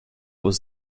was